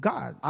God